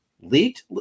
leaked